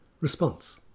Response